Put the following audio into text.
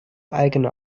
eigener